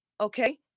okay